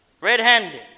red-handed